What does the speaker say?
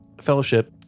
Fellowship